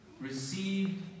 received